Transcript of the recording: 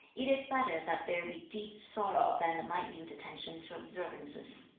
it is better that there be deep sorrow than a minute attention to observances